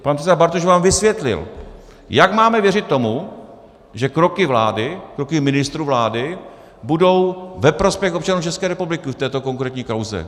Pan předseda Bartoš vám vysvětlil: jak máme věřit tomu, že kroky vlády, kroky ministrů vlády budou ve prospěch občanů České republiky v této konkrétní kauze?